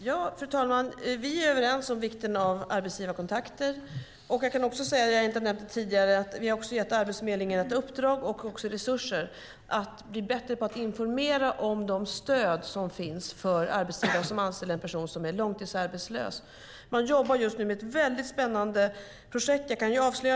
Fru talman! Vi är överens om vikten av arbetsgivarkontakter. Jag kan också säga - om jag inte har nämnt det tidigare - att vi har gett Arbetsförmedlingen ett uppdrag och resurser för att bli bättre på att informera om de stöd som finns för arbetsgivare som anställer en person som är långtidsarbetslös. Man jobbar just nu med ett spännande projekt.